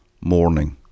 morning